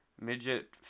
Midget